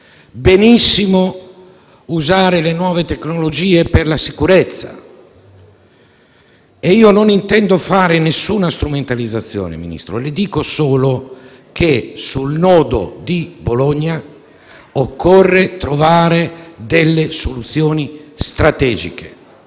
benissimo usare le nuove tecnologie per la sicurezza. Io non intendo fare nessuna strumentalizzazione, Ministro, le dico solo che sul nodo di Bologna occorre trovare delle soluzioni strategiche,